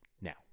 now